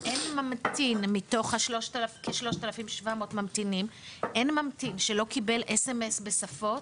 מתוך 3,700 ממתינים אין ממתין שלא קיבל SMS בשפות